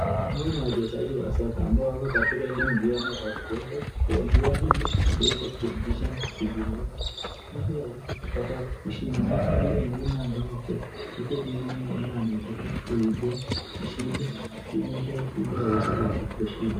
Hawa ni wachezaji wa soka ambao wako katika ile mchuano ya kuweza kuongea ili waweze kuthibitishana ili waweze kupata ushindi, nao wale wengine ambao wako uko nyuma ni wale wanataka kuipea ushindi timu yao ili waweze kushinda.